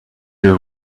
your